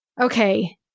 okay